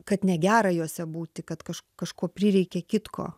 kad negera juose būti kad kaž kažko prireikė kitko